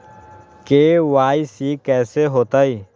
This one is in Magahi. के.वाई.सी कैसे होतई?